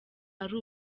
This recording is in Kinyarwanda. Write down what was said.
ari